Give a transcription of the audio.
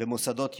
במוסדות יהודיים,